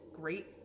great